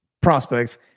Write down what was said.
prospects